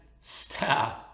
staff